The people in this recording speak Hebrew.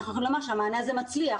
נוכל לומר שהמענה הזה מצליח,